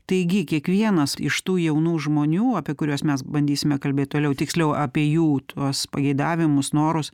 taigi kiekvienas iš tų jaunų žmonių apie kuriuos mes bandysime kalbėt toliau tiksliau apie jų tuos pageidavimus norus